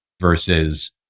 Versus